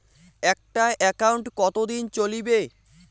একটা একাউন্ট কতদিন চলিবে?